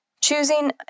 choosing